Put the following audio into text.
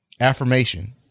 Affirmation